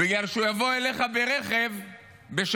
בגלל שהוא יבוא אליך ברכב בשבת.